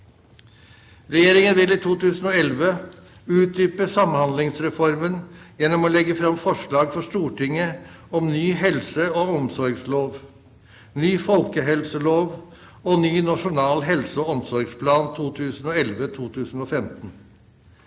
Regjeringen vil i 2011 utdype Samhandlingsreformen gjennom å legge fram forslag for Stortinget om ny helse- og omsorgslov, ny folkehelselov og ny nasjonal helseog omsorgsplan 2011–2015.